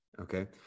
okay